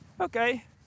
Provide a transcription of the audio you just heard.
Okay